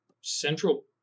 Central